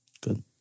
Good